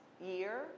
year